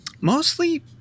Mostly